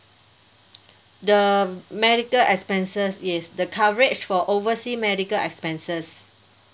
the medical expenses yes the coverage for oversea medical expenses